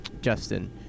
Justin